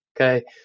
Okay